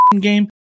game